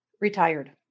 retired